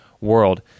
world